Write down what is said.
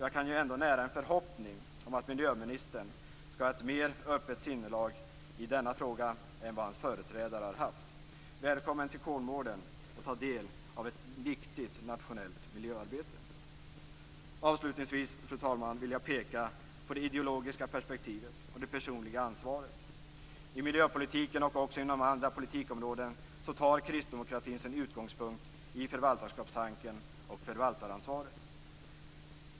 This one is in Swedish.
Jag kan ändå nära en förhoppning om att miljöministern skall ha ett mer öppet sinnelag till denna fråga än vad hans företrädare hade. Välkommen till Kolmården för att ta del av ett viktigt nationellt miljöarbete! Avslutningsvis vill jag peka på det ideologiska perspektivet och det personliga ansvaret. I miljöpolitiken och också inom andra politikområden tar kristdemokratin sin utgångspunkt i förvaltarskapstanken och förvaltaransvaret.